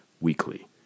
weekly